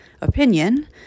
opinion